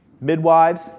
Midwives